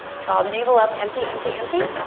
draw the navel up. empty, empty, empty.